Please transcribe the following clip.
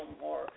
more